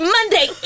Monday